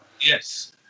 Yes